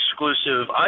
exclusive